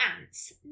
ants